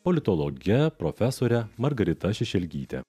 politologe profesore margarita šešelgyte